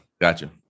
Gotcha